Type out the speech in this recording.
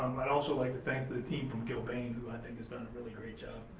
i'd also like to thank the team from gilbane and who, i think, has done a really great job.